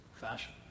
fashion